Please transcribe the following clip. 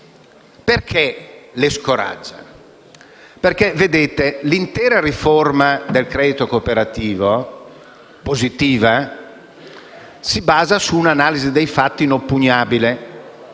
Perché le scoraggia? L'intera riforma del credito cooperativo, positiva, si basa su un'analisi dei fatti inoppugnabile,